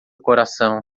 coração